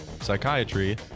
psychiatry